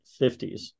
50s